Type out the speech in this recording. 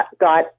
got